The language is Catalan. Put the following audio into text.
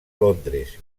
londres